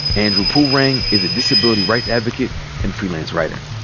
andrew pulrang is a disability rights advocate and freelance writer.